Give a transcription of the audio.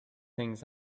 things